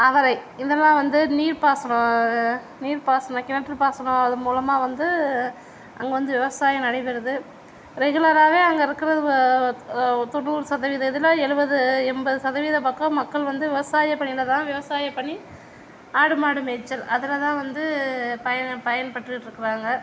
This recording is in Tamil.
அவரை இதெல்லாம் வந்து நீர் பாசனம் நீர் பாசனம் கிணற்று பாசனம் அது மூலமாக வந்து அங்கே வந்து விவசாயம் நடைபெறுது ரெகுலராகவே அங்கே இருக்கிற தொண்ணூறு சதவீதம் இதில் எழுபது எண்பது சதவீதம் பக்கம் மக்கள் வந்து விவசாயம் பணியில்தான் விவசாயம் பண்ணி ஆடு மாடு மேய்ச்சல் அதில்தான் வந்து பயன் பயன்பெற்றுக்கிட்டு இருக்காங்க